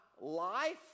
life